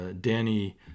Danny